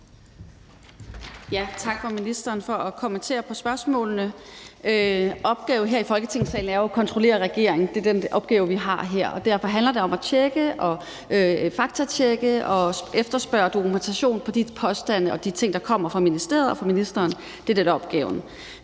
Tak til ministeren for at kommentere på spørgsmålene. Opgaven her i Folketingssalen er jo at kontrollere regeringen Det er den opgave, vi har her, og derfor handler det om at tjekke og faktatjekke og efterspørge dokumentation for de påstande og de ting, der kommer fra ministeriet og fra ministeren. Det er det, der